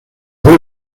del